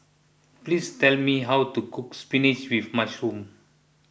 please tell me how to cook Spinach with Mushroom